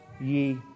ye